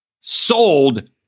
sold